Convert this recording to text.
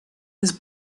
was